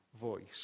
voice